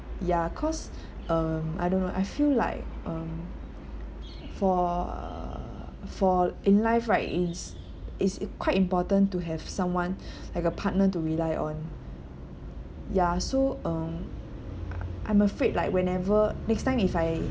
ya cause um I don't know I feel like um for for in life right it's it's im~ quite important to have someone like a partner to rely on ya so um I'm afraid like whenever next time if I